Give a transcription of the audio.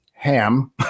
ham